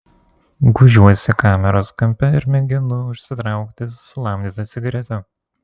gūžiuosi kameros kampe ir mėginu užsitraukti sulamdytą cigaretę